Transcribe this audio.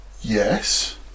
Yes